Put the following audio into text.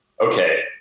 okay